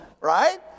right